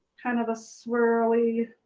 kind of a swirly